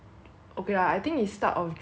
okay lah I think it's start of july